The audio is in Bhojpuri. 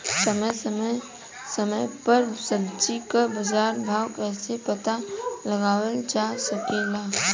समय समय समय पर सब्जी क बाजार भाव कइसे पता लगावल जा सकेला?